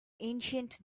ancient